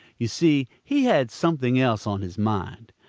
you see he had something else on his mind.